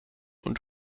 und